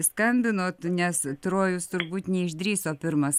skambinot nes trojus turbūt neišdrįso pirmas